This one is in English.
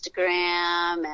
Instagram